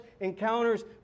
encounters